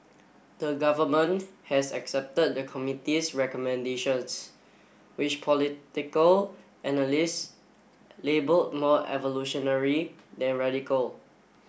the government has accepted the committee's recommendations which political analysts label more evolutionary than radical